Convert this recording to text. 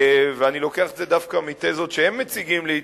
ואני לוקח את זה דווקא מתזות שהם מציגים לעתים,